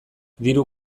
diru